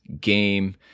game